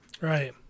right